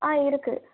ஆ இருக்குது